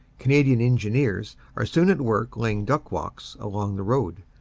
canadian engineers are soon at work laying duck-walks along the road,